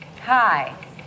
Hi